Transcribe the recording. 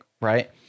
Right